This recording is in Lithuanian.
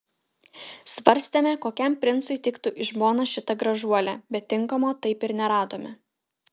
svarstėme kokiam princui tiktų į žmonas šita gražuolė bet tinkamo taip ir neradome